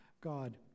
God